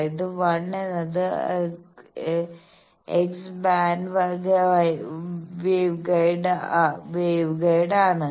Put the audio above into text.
അതായത് 1 എന്നത് x band വേവ്ഗൈഡാണ്